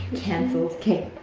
canceled, kay.